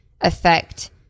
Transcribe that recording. affect